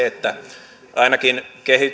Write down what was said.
että ainakin